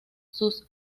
sus